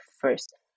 first